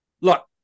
look